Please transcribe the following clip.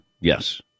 Yes